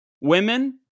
women